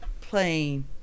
playing